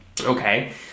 Okay